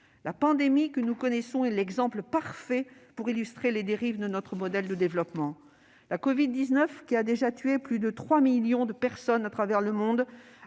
La pandémie que nous connaissons est l'exemple parfait pour illustrer les dérives de notre modèle de développement. La covid-19, qui a déjà tué plus de 3 millions de personnes à travers le monde,